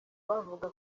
bavuga